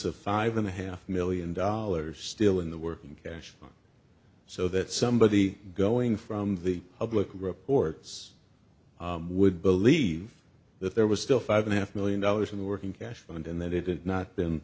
of five and a half million dollars still in the working cash so that somebody going from the public reports would believe that there was still five and a half million dollars in the working cash fund and that it had not been